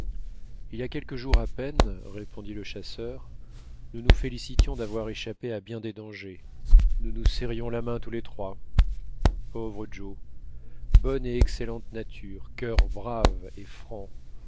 il y a quelques jours à peine répondit le chasseur nous nous félicitions d'avoir échappé à bien des dangers nous nous serrions la main tous les trois pauvre joe bonne et excellente nature cur brave et franc